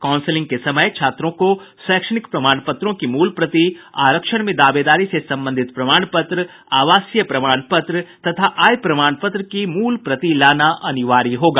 counselling के समय छात्रों को शैक्षणिक प्रमाण पत्रों की मूल प्रति आरक्षण में दावेदारी से संबंधित प्रमाण पत्र आवासीय प्रमाण पत्र तथा आय प्रमाण पत्र की मूल प्रति लाना अनिवार्य होगा